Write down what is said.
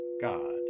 God